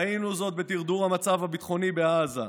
ראינו זאת בדרדור המצב הביטחוני" בעזה.